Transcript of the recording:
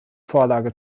vorlage